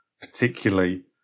particularly